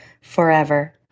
forever